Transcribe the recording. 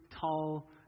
tall